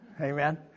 Amen